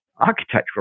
architectural